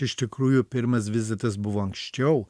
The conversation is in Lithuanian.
iš tikrųjų pirmas vizitas buvo anksčiau